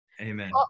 Amen